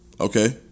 Okay